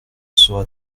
sera